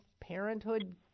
Parenthood